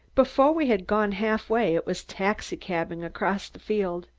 before we had gone half-way, it was taxi-cabbing across the field,